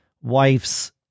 wife's